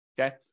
Okay